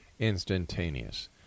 instantaneous